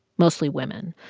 mostly women.